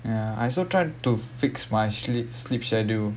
ya I also try to fix my sleep sleep schedule